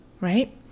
right